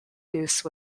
goose